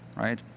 right?